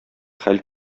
хәл